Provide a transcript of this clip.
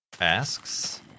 asks